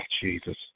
Jesus